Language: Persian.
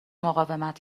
مقاومت